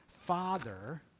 Father